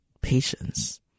patience